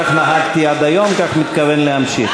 כך נהגתי עד היום, וכך אני מתכוון להמשיך.